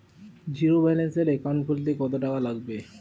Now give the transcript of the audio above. জিরোব্যেলেন্সের একাউন্ট খুলতে কত টাকা লাগবে?